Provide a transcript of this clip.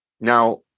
Now